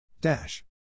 Dash